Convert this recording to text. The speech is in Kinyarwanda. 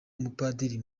umupadiri